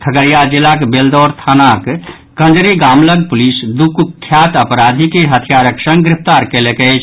खगड़िया जिलाक बेलदौर थानाक कंजरी गाम लऽग पुलिस दू कुख्यात अपराधी के हथियारक संग गिरफ्तार कयलक अछि